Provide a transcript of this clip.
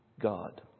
God